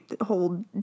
whole